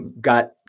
got